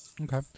Okay